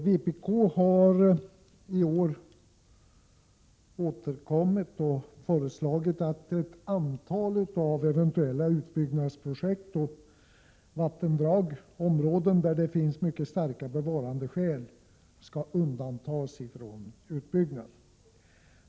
Herr talman! Vpk har i år återkommit och föreslagit att ett antal av eventuella utbyggnadsprojekt och vattendrag/områden där det finns mycket starka bevarandeskäl skall undantas från utbyggnad.